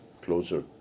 closer